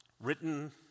Written